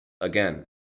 again